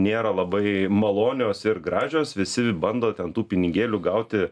nėra labai malonios ir gražios visi bando ten tų pinigėlių gauti